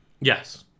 yes